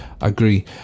agree